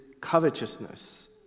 covetousness